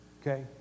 Okay